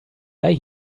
lie